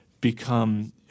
become